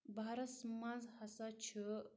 بہارَس منٛز ہسا چھُ